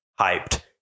hyped